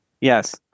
Yes